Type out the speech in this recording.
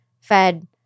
fed